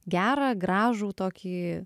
gerą gražų tokį